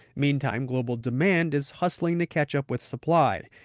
meantime, global demand is hustling to catch up with supply.